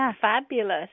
fabulous